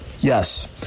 Yes